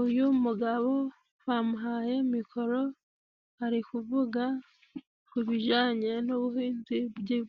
Uyu mugabo bamuhaye mikoro ari kuvuga ku bijyanye n'ubuhinzi